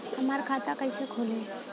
हमार खाता कईसे खुली?